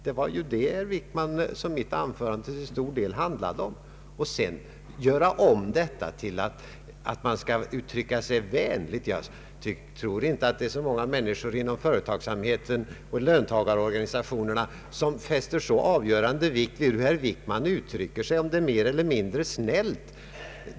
Det var ju det, herr Wickman, som mitt anförande till stor del handlade om. Sedan gjorde herr Wickman om detta till ett krav att ”uttrycka sig vänligt”. Jag tror inte att det är så många människor inom företagsamheten och löntagarorganisationerna som enbart fäster avgörande vikt vid hur herr Wickman uttrycker sig, om han uttrycker sig mer eller mindre snällt.